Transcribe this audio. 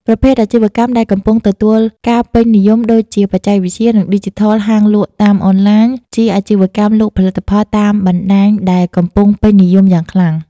ប្រភេទអាជីវកម្មដែលកំពុងទទួលការពេញនិយមដូចជាបច្ចេកវិទ្យា និងឌីជីថលហាងលក់តាមអនឡាញ ជាអាជីវកម្មលក់ផលិតផលតាមបណ្តាញដែលកំពង់ពេញនិយមយ៉ាងខ្លាំង។